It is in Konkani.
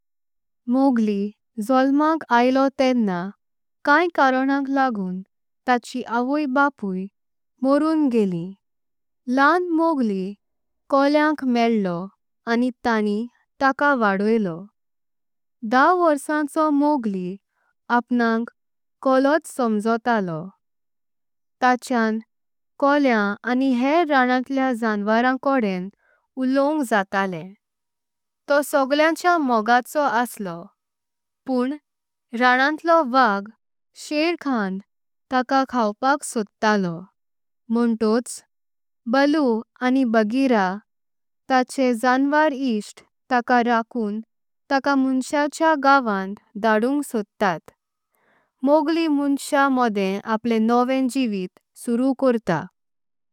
मोगली जळ्मांक आलो तेड़ना काई करूनाक लागून ताचें। आवयी बापुई मरोँ गेली लहां मोगली कोलेांक मेलो आनी। ताणीं ताकां व्हड्ढो इल्लो ध म्होर्टरीं मोगली म्हणजे अपणाक। कोळच सोमतलो ताचे कोले आनी हेऱं राणांतलियां जानवारां। कोडें उळोंयक जालेलेंतो सगळाँचें मोगाचो आसलो। पण रानाँच फ्या गय शेरखा ताकां खावपाक सोर्टालो। म्होंटोच बीलो आनी बहरीरा ताचे जानवार ईक्कट ताका। राखून ताका माणसांचे आन्चयांत ढावणेंक सोर्थोत। मोगली माणसांचें मोडें आपलयें नोंयक जीवन्ति सूरू करता।